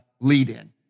lead-in